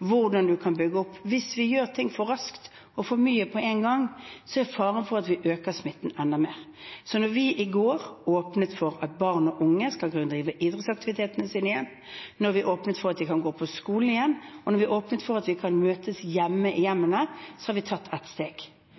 hvordan vi kan bygge opp. Hvis vi gjør ting for raskt og for mye på en gang, er faren for at vi øker smitten, enda større. Da vi i går åpnet for at barn og unge skal kunne drive med idrettsaktivitetene sine igjen, da vi åpnet for at de kan gå på skolen igjen, og da vi åpnet for at vi kan møtes i hjemmene, tok vi ett steg.